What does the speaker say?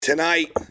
Tonight